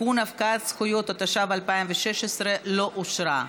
(תיקון, הפקעת זכויות), התשע"ו 2016, לא נתקבלה.